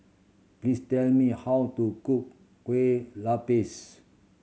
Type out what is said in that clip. please tell me how to cook kue lupis